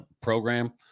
program